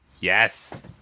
Yes